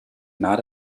not